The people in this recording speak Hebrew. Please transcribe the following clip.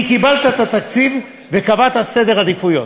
כי קיבלת את התקציב וקבעת סדר עדיפויות.